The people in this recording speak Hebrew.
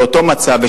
באותו מצב,